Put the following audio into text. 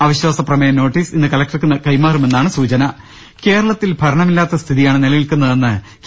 അവിശ്വാസപ്രമേയ notice ഇന്ന് കലക്ടർക്ക് കൈമാ റുമെന്നാണ് സൂചന ്്്്് കേരളത്തിൽ ഭരണമില്ലാത്ത സ്ഥിതിയാണ് നിലനിൽക്കുന്നതെന്ന് കെ